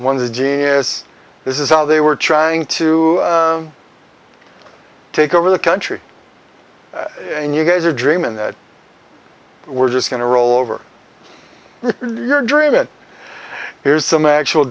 one of the genie is this is how they were trying to take over the country and you guys are dreaming that we're just going to roll over your dream it here's some actual